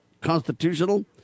constitutional